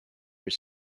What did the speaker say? your